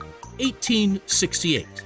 1868